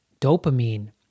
dopamine